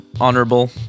honorable